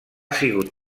sigut